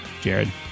Jared